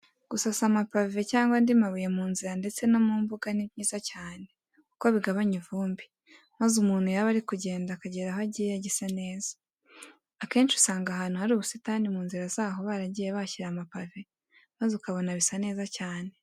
Gusasa amapave cyangwa andi mabuye mu nzira ndetse no mu mbuga ni byiza cyane kuko bigabanya ivumbi, maze umuntu yaba ari kugenda akagera aho agiye agisa neza. Akenshi usanga ahantu hari ubusitani, mu nzira zaho baragiye bahashyira amapave maze ukabaona bisa neza cyane.